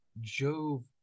Jove